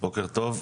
בוקר טוב.